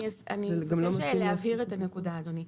אני אבקש להבהיר את הנקודה, אדוני.